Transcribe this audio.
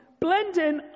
Blendin